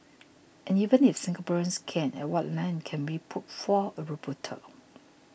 and even if Singaporeans can at what length can we put forth a rebuttal